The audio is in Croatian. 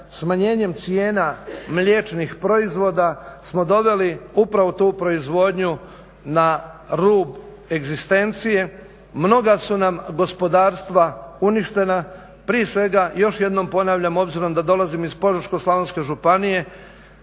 smanjenjem cijena mliječnih proizvoda smo doveli upravo tu proizvodnju na rub egzistencije, mnoga su nam gospodarstva uništena. Prije svega još jednom ponavljam obzirom da dolazim iz Požeško-slavonske županije,